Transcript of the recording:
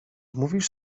mówisz